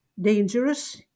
dangerous